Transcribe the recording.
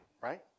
right